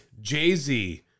Jay-Z